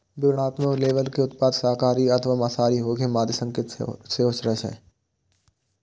विवरणात्मक लेबल मे उत्पाद के शाकाहारी अथवा मांसाहारी होइ के मादे संकेत सेहो रहै छै